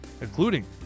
including